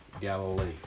Galilee